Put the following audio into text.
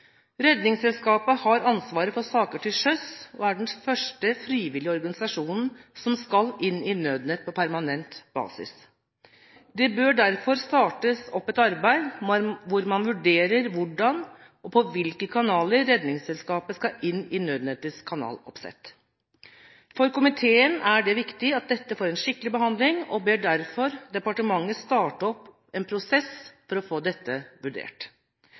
Redningsselskapet har ansvaret for saker til sjøs og er den første frivillige organisasjonen som skal inn i Nødnett på permanent basis. Det bør derfor startes opp et arbeid hvor man vurderer hvordan og på hvilke kanaler Redningsselskapet skal inn i Nødnetts kanaloppsett. For komiteen er det viktig at dette får en skikkelig behandling, og vi ber derfor departementet starte en prosess for å få dette vurdert.